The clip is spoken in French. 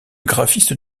graphiste